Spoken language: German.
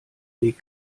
weg